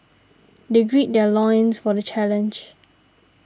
they gird their loins for the challenge